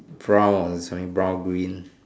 brown or semi brown green